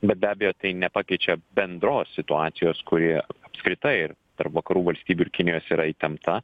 bet be abejo tai nepakeičia bendros situacijos kuri apskritai ir tarp vakarų valstybių ir kinijos yra įtempta